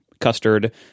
custard